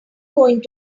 going